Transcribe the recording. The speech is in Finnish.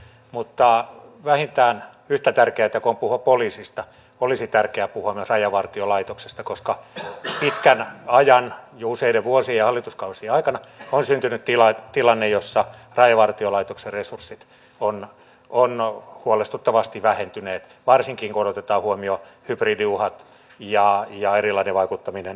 mutta vähintään yhtä tärkeätä kuin on puhua poliisista olisi puhua myös rajavartiolaitoksesta koska pitkän ajan jo useiden vuosien ja hallituskausien aikana on syntynyt tilanne jossa rajavartiolaitoksen resurssit ovat huolestuttavasti vähentyneet varsinkin kun otetaan huomioon hybridiuhat ja erilainen vaikuttaminen suomeen